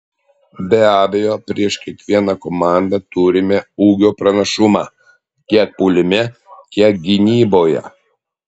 be abejo prieš kiekvieną komandą turime ūgio pranašumą tiek puolime tiek gynyboje